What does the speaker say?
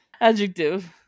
Adjective